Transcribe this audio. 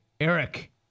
Eric